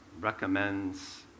recommends